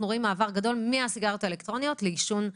רואים מעבר גדול מהסיגריות האלקטרוניות לעישון רגיל.